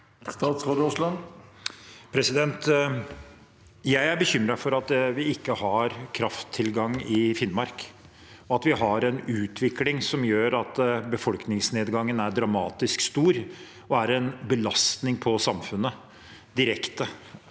Jeg er bekymret for at vi ikke har krafttilgang i Finnmark, og at vi har en utvikling som gjør at befolkningsnedgangen er dramatisk stor og en direkte belastning for samfunnet,